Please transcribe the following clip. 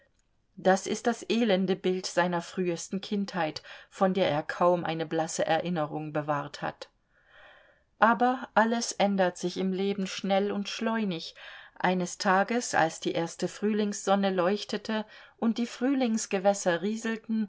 das ist das elende bild seiner frühesten kindheit von der er kaum eine blasse erinnerung bewahrt hat aber alles ändert sich im leben schnell und schleunig eines tages als die erste frühlingssonne leuchtete und die frühlingsgewässer rieselten